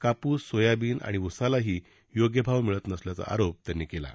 कापूस सोयाबीन आणि उसालाही योग्य भाव मिळत नसल्याचा आरोप शेट्टी यांनी केला आहे